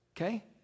okay